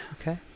Okay